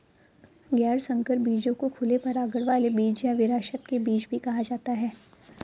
गैर संकर बीजों को खुले परागण वाले बीज या विरासत के बीज भी कहा जाता है